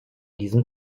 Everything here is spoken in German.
diesem